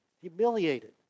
Humiliated